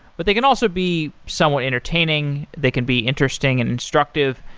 but they can also be somewhat entertaining. they can be interesting and instructive.